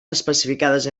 especificades